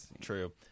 True